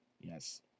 Yes